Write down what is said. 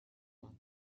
month